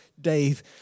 Dave